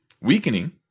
Weakening